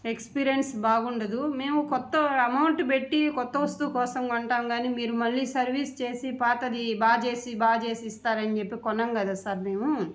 experience బాగుండదు మేము కొత్త ఎమౌంట్ పెట్టి కొత్త వస్తువు కోసం కొంటాం కానీ మీరు మళ్ళీ సర్వీస్ చేసి పాతది బాగుచేసి బాగు చేసి ఇస్తారని చెప్పి కొనం కదా సార్ మేము